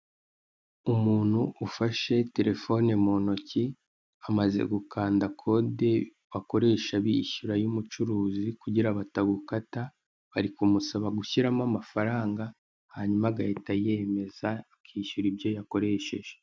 Umuntu ufashe telefone mu ntoki, amaze gukanda kode bakoresha biyishyura y'umucuruzi kugira batagukata, bari kumusaba gushyiramo amafaranga, hanyuma agahita yemeza, akishyura ibyo yakoresheje.